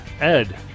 Ed